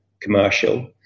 commercial